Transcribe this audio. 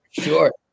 Sure